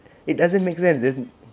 it doesn't make sense there's